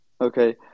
Okay